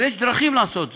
אבל יש דרכים לעשות זאת.